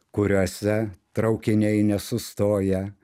kuriose traukiniai nesustoja